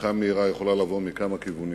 צמיחה מהירה יכולה לבוא מכמה כיוונים,